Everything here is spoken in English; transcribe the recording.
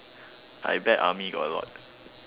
I bet army got a lot